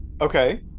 Okay